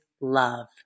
love